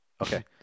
Okay